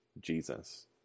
Jesus